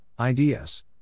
IDS